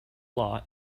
law